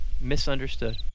Misunderstood